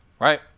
right